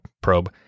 probe